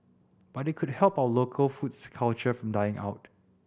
but it could help our local food's culture from dying out